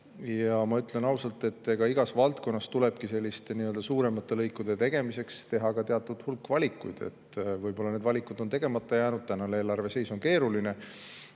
Ma ütlen ausalt, et igas valdkonnas tulebki selliste suuremate lõikude tegemiseks teha ka teatud hulk valikuid. Võib-olla need valikud on tegemata jäänud, tänane eelarveseis on keeruline,